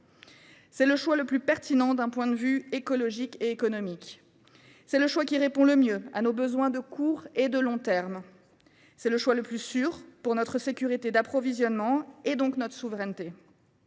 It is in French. s’agit du choix le plus pertinent d’un point de vue écologique et économique, de celui qui répond le mieux à nos besoins de court et de long termes, du plus sûr pour notre sécurité d’approvisionnement et donc pour notre souveraineté